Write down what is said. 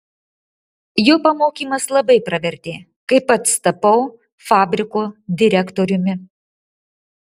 jo pamokymas labai pravertė kai pats tapau fabriko direktoriumi